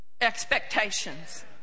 expectations